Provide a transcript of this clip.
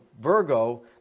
Virgo